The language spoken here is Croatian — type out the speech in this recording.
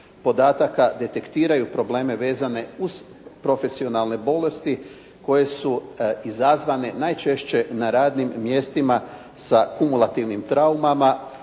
podataka detektiraju probleme vezane uz profesionalne bolesti koje su izazvane najčešće na radim mjestima sa kumulativnim traumama